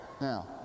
Now